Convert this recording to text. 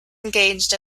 engaged